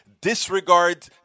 disregard